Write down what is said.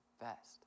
best